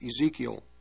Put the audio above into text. Ezekiel